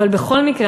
אבל בכל מקרה,